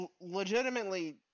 legitimately